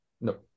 no